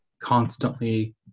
constantly